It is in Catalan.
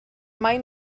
mai